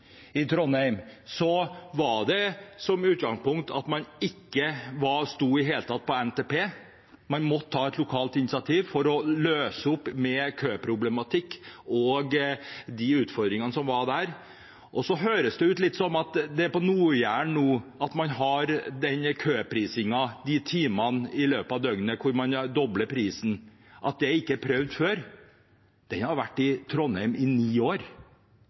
I Trondheim hadde man som utgangspunkt at man ikke i det hele tatt sto på NTP; man måtte ha et lokalt initiativ for å løse opp i køproblematikk og de utfordringene som var der. Så høres det litt ut som at dette på Nord-Jæren nå, at dette med køprising, de timene i døgnet der man dobler prisen, ikke har vært prøvd før. Det har vært i Trondheim i ni år